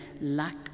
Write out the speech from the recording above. lack